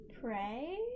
pray